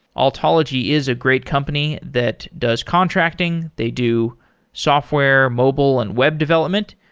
altology is a great company that does contracting. they do software, mobile and web development,